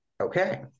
Okay